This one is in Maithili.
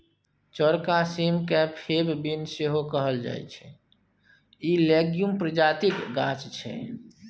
चौरका सीम केँ फेब बीन सेहो कहल जाइ छै इ लेग्युम प्रजातिक गाछ छै